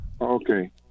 Okay